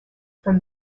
from